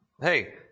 Hey